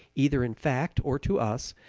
either in fact or to us,